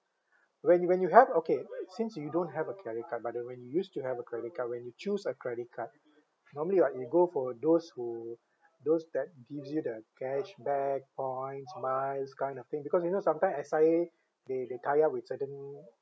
when you when you have okay since you don't have a credit card but uh when you used to have a credit card when you choose a credit card normally like you go for those who those that gives you the cashback points miles kind of thing because you know sometime S_I_A they they tie up with certain